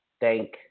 thank